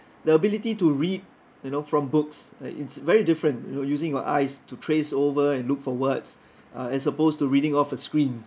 the ability to read you know from books like it's very different you know using your eyes to trace over and look for words uh as opposed to reading off a screen